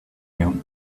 you